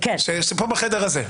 פה בחדר הזה.